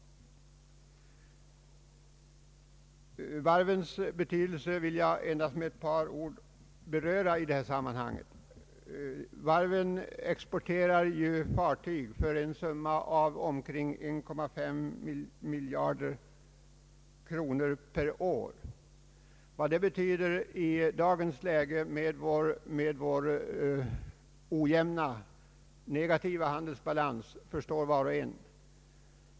Varvens betydelse vill jag endast med ett par ord beröra i detta sammanhang. Varven exporterar fartyg för en summa av omkring 1,5 miljarder kronor per år. Vad det betyder i dagens läge med vår negativa handelsbalans förstår var och en.